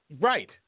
Right